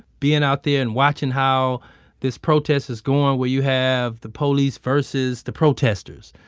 being out there and watching how this protest is going where you have the police versus the protesters,